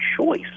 choice